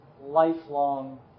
lifelong